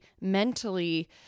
mentally